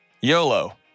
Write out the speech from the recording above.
YOLO